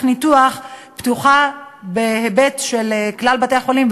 ניתוח תהיה פתוחה בהיבט של כלל בתי-החולים,